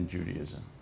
Judaism